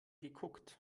geguckt